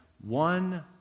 one